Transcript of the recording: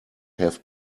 have